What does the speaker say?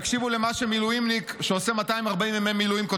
תקשיבו למה שכותב לכם מילואימניק שעושה 240 ימי מילואים.